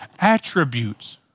attributes